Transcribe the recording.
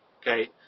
okay